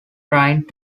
trying